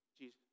Jesus